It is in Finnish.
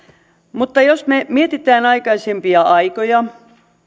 mutta jos me mietimme aikaisempia aikoja